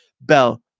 Bell